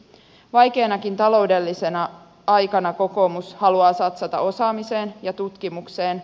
vaikeanakin taloudellisena aikana kokoomus haluaa satsata osaamiseen ja tutkimukseen